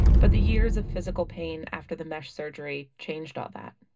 but the years of physical pain after the mesh surgery changed all that.